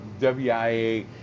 WIA